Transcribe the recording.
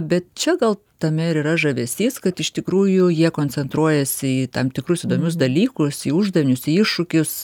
bet čia gal tame ir yra žavesys kad iš tikrųjų jie koncentruojasi į tam tikrus įdomius dalykus į uždavinius į iššūkius